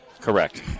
Correct